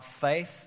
faith